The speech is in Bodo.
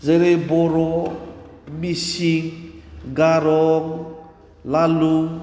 जेरै बर' मिसिं गार' लालुं